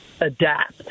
adapt